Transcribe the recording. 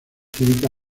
cívica